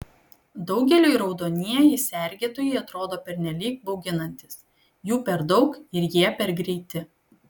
daugeliui raudonieji sergėtojai atrodo pernelyg bauginantys jų per daug ir jie per greiti